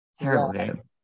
Terrible